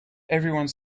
everyone